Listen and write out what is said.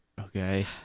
Okay